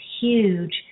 huge